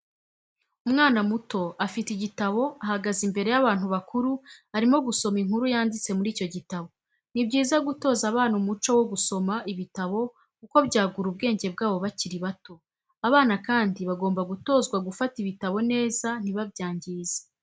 Umwana muto afite igitabo ahagaze imbere y'abantu bakuru arimo gusoma inkuru yanditse muri icyo gitabo. Ni byiza gutoza abana umuco wo gusoma ibitabo kuko byagura ubwenge bwabo bakiri bato, abana kandi bagomba gutozwa gufata ibitabo neza ntibabyangize.